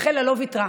מכלה לא ויתרה.